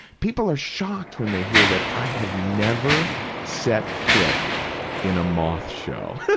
people are shocked when they hear that i have never set foot in a moth show. yeah